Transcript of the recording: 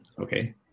Okay